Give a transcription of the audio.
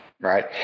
Right